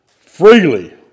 freely